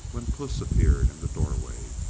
when puss appeared in the doorway.